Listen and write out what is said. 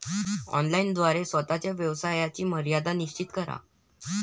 online द्वारे स्वतः च्या व्यवहाराची मर्यादा निश्चित करा